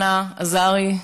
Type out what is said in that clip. אנה אזרי,